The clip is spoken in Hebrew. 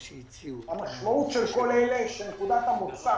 המשמעות של כל אלה, שנקודת המוצא